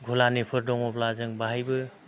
गुलानिफोर दंब्ला जों बाहायबो